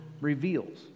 reveals